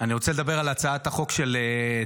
אני רוצה לדבר על הצעת החוק של טלי,